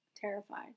terrified